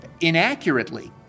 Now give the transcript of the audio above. inaccurately